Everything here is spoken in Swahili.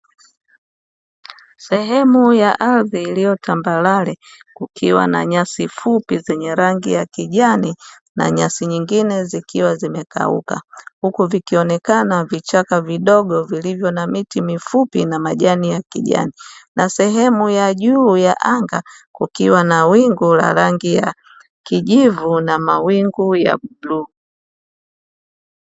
Sehemu ya ardhi iliyo tambarare, kukiwa na nyasi fupi zenye rangi ya kijani na nyasi nyingine zikiwa zimekauka, huku vikionekana vichaka vidogo vilivyo na miti mifupi na majani ya kijani na sehemu ya juu ya anga kukiwa na wingu la rangi ya kijivu na bluu.